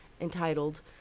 entitled